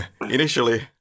Initially